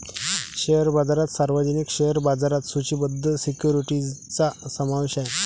share बाजारात सार्वजनिक share बाजारात सूचीबद्ध सिक्युरिटीजचा समावेश आहे